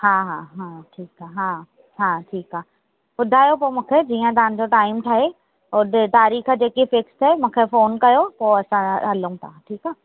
हा हा हा ठीकु आहे हा हा ठीकु आहे ॿुधायो पोइ मूंखे जीअं तव्हांजो टाईम ठहे उते तारीख़ जेके फिक्स थे मूंखे फोन कयो पोइ असां ठीकु आहे हलूं था ठीकु आहे